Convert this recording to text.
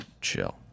Chill